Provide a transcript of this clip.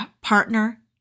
partner